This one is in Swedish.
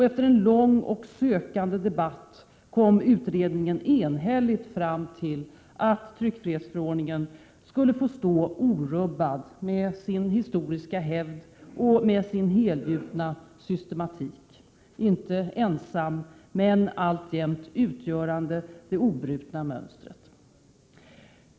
Efter en lång och sökande debatt kom utredningen enhälligt fram till att tryckfrihetsförordningen skulle få stå orubbad med sin historiska hävd och med sin helgjutna systematik — inte ensam men alltjämt utgörande det obrutna mönstret.